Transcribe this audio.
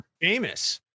famous